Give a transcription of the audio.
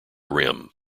rim